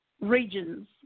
regions